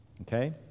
Okay